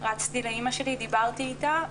רצתי לאמא שלי, דיברתי איתה,